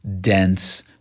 dense